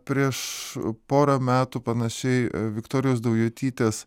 prieš porą metų panašiai viktorijos daujotytės